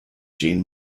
jeanne